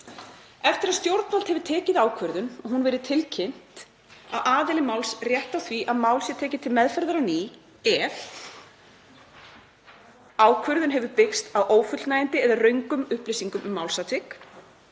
„Eftir að stjórnvald hefur tekið ákvörðun og hún verið tilkynnt á aðili máls rétt á því að mál sé tekið til meðferðar á ný ef: 1. ákvörðun hefur byggst á ófullnægjandi eða röngum upplýsingum um málsatvik,